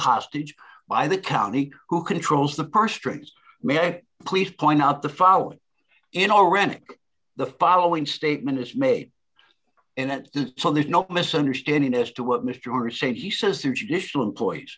hostage by the county who controls the purse strings may please point out the following in already the following statement is made in that so there's no misunderstanding as to what mr said he says the judicial employees